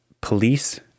police